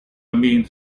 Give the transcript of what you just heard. means